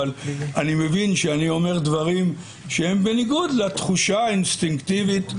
אבל אני מבין שאני אומר דברים שהם בניגוד לתחושה האינסטינקטיבית.